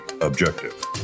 objective